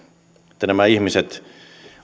että nämä ihmiset